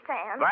Sam